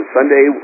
Sunday